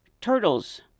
turtles